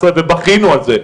ובכינו על זה.